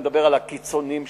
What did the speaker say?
ואני מדבר על הקיצונים שביניהם.